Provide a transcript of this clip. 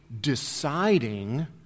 deciding